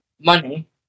money